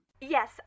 Yes